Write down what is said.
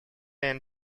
and